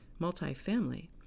Multifamily